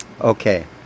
okay